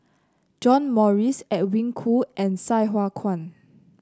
John Morrice Edwin Koo and Sai Hua Kuan